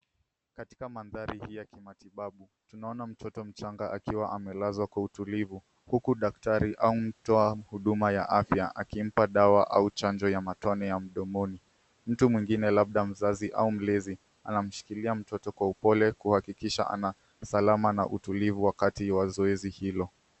Katika mandhari hii ya kimatibabu, tunaona mtoto mchanga akiwa amelazwa kwa utulivu huku daktari au mtoa afya akimpa dawa au chanjo ya matone ya mdomoni. Mtu mwingine labda mzazi au mlezi anashikilia mtoto kwa upole kuhakikisha ana usalama na utulivu wakati wa zoezi hilo.